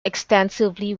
extensively